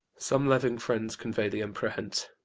some loving friends convey the emperor hence,